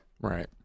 Right